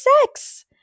sex